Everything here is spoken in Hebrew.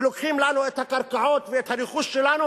שלוקחים לנו את הקרקעות ואת הרכוש שלנו,